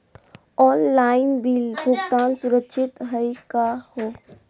Online bill भुगतान सुरक्षित हई का हो?